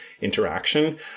interaction